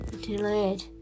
delayed